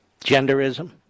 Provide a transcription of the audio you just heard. genderism